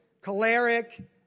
choleric